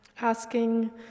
asking